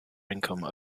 income